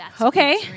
okay